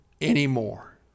anymore